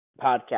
podcast